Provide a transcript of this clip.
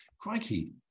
crikey